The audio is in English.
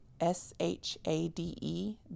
S-H-A-D-E